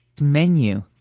menu